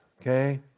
okay